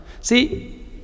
See